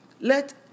Let